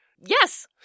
Yes